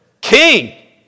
King